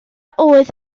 oedd